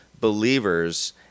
believers